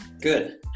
Good